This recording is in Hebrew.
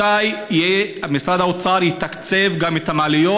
מתי משרד האוצר יתקצב גם את המעליות?